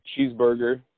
Cheeseburger